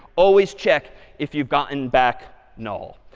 always check if you've gotten back null.